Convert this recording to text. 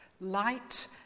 light